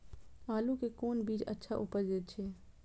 आलू के कोन बीज अच्छा उपज दे छे?